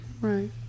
Right